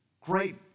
Great